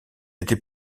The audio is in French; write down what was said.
été